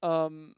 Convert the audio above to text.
um